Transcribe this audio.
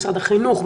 משרד החינוך,